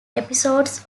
episodes